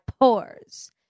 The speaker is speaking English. pores